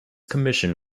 commission